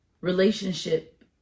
relationship